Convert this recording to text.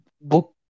book